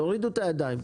תורידו את הידיים.